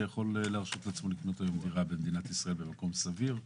שיכול לאפשר קניית דירה בישראל במקום סביר.